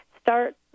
start